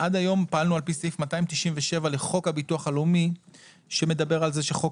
עד היום פעלנו על פי סעיף 297 לחוק הביטוח הלאומי שמדבר על זה שחוק